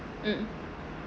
mm